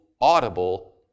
audible